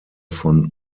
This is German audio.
von